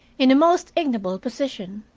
in a most ignoble position.